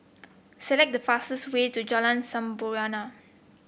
select the fastest way to Jalan Sampurna